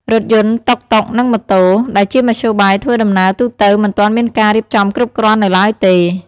រថយន្ត តុកតុក និងម៉ូតូ ដែលជាមធ្យោបាយធ្វើដំណើរទូទៅមិនទាន់មានការរៀបចំគ្រប់គ្រាន់នៅឡើយទេ។